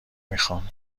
میخوام